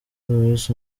louis